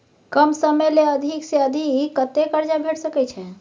कम समय ले अधिक से अधिक कत्ते कर्जा भेट सकै छै?